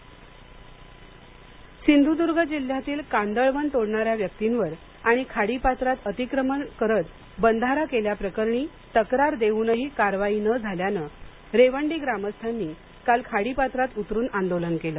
आंदोलन सिंधूर्द्ग जिल्ह्यातील कांदळवन तोडणाऱ्या व्यक्तींवर आणि खाडी पात्रात अतिक्रमण करत बंधारा केल्याप्रकरणी तक्रार देऊनही कारवाई न झाल्याने रेवंडी ग्रामस्थांनी काल खाडीपात्रात उतरून आंदोलन केलं